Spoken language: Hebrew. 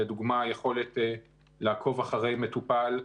לדוגמה היכולת לעקוב אחרי מטופל,